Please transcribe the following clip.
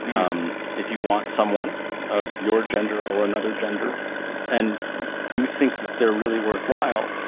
um if you want someone of your gender or another gender and you think that they're really worthwhile,